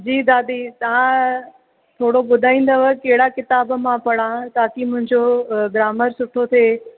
जी दादी तव्हां थोरो ॿुधाईंदव कहिड़ा किताब मां पढ़ां ताकी मुंहिंजो ग्रामर सुठो थिए